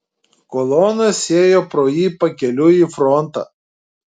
kolonos ėjo pro jį pakeliui į frontą